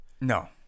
No